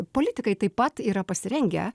politikai taip pat yra pasirengę